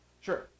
Sure